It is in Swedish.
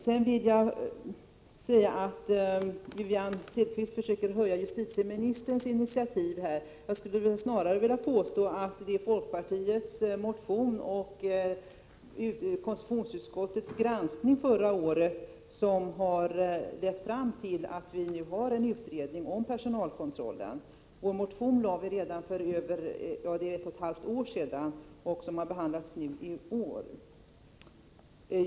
Wivi-Anne Cederqvist försöker framhäva justitieministerns initiativ i denna fråga. Jag skulle snarare vilja påstå att det är folkpartiets motion och konstitutionsutskottets granskning förra året som har lett fram till att vi nu har en utredning om personalkontrollen. Vi väckte vår motion redan för ett och ett halvt år sedan. Den har behandlats nu i år.